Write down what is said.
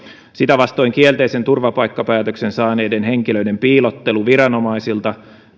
sitä vastoin kielteisen turvapaikkapäätöksen saaneiden henkilöiden piilottelu viranomaisilta